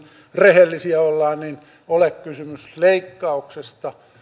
rehellisiä ollaan ole kysymys leikkauksesta